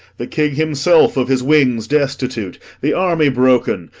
the king himself of his wings destitute, the army broken,